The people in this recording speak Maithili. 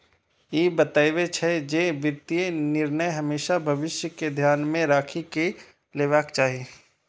ई बतबै छै, जे वित्तीय निर्णय हमेशा भविष्य कें ध्यान मे राखि कें लेबाक चाही